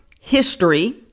history